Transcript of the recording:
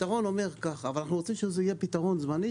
אנחנו רוצים שזה יהיה פתרון זמני,